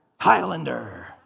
Highlander